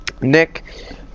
Nick